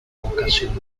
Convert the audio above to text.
ocasional